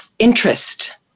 interest